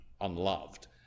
unloved